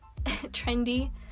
trendy